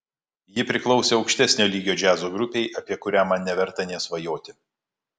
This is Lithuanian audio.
ji priklausė aukštesnio lygio džiazo grupei apie kurią man neverta nė svajoti